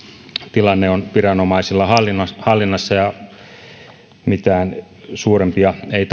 tilanne on viranomaisilla hallinnassa hallinnassa ja mitään suurempia ei